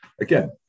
again